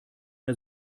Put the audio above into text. der